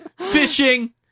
Fishing